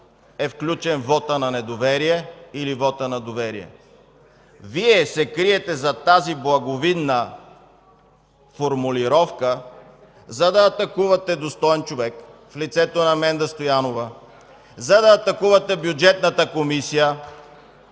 е включен вотът на недоверие или вотът на доверие? Вие се криете зад тази благовидна формулировка, за да атакувате достоен човек – в лицето на Менда Стоянова, за да атакувате Бюджетната комисия.